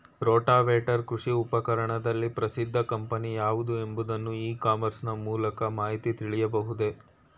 Rotavator ಕೃಷಿ ಉಪಕರಣದಲ್ಲಿ ಪ್ರಸಿದ್ದ ಕಂಪನಿ ಯಾವುದು ಎಂಬುದನ್ನು ಇ ಕಾಮರ್ಸ್ ನ ಮೂಲಕ ಮಾಹಿತಿ ತಿಳಿಯಬಹುದೇ?